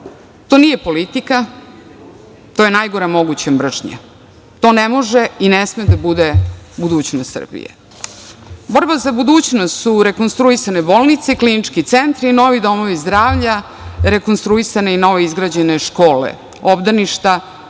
To nije politika, to je najgora moguća mržnja, to ne može i ne sme da bude budućnost Srbije. Borba za budućnost su rekonstruisane bolnice, klinički centri i novi domovi zdravlja, rekonstruisane i novoizgrađene škole, obdaništa,